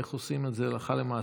איך עושים את זה הלכה למעשה.